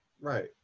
Right